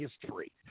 history